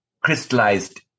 crystallized